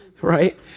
Right